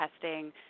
testing